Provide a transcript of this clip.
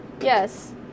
yes